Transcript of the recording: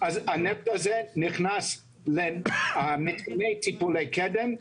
הנפט הזה נכנס למתקני טיפולי קדם,